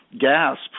gasp